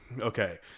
okay